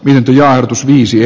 lintujaan viisi